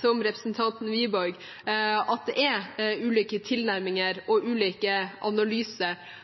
som representanten Wiborg, at det er ulike tilnærminger og ulike